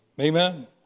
Amen